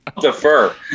defer